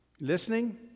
listening